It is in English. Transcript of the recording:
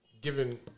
given